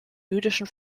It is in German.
jüdischen